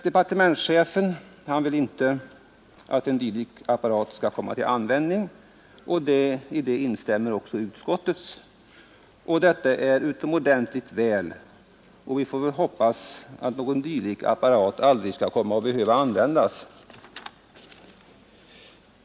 Departementschefen vill inte att en dylik apparat skall komma till användning, och i det instämmer också utskottet. Detta är utomordentligt väl, och vi får väl hoppas att någon apparat av det här slaget aldrig skall behöva användas.